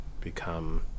become